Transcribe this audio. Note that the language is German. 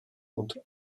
und